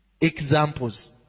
examples